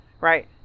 right